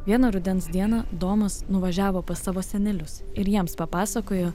vieną rudens dieną domas nuvažiavo pas savo senelius ir jiems papasakojo